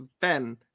Ben